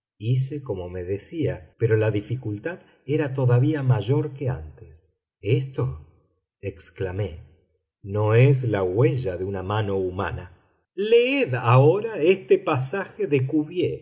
hice como me decía pero la dificultad era todavía mayor que antes esto exclamé no es la huella de una mano humana leed ahora este pasaje de cuvier